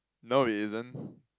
no it isn't